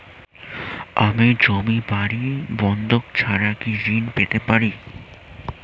আমি জমি বাড়ি বন্ধক ছাড়া কি ঋণ পেতে পারি?